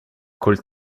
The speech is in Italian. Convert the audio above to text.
col